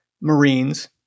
Marines